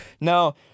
No